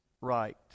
right